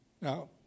Now